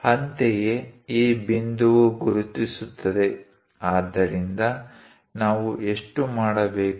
ಅಂತೆಯೇ ಈ ಬಿಂದುವು ಗುರುತಿಸುತ್ತದೆ ಆದ್ದರಿಂದ ನಾವು ಎಷ್ಟು ಮಾಡಬೇಕು